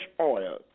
oil